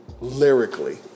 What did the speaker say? lyrically